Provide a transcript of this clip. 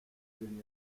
videos